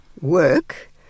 work